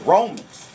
Romans